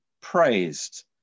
praised